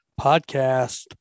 podcast